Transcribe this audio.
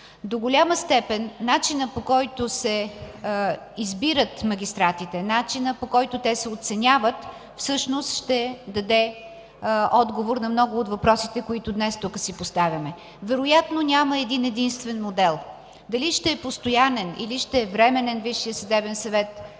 До голяма степен начинът, по който се избират магистратите, начинът, по който те се оценяват, всъщност ще даде отговор на много от въпросите, които днес тук си поставяме. Вероятно няма един-единствен модел – дали ще е постоянен, или ще е временен Висшият съдебен съвет.